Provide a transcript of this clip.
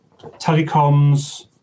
telecoms